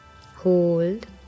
hold